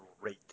great